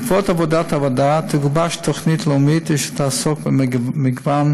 בעקבות עבודת הוועדה תגובש תוכנית לאומית שתעסוק במגוון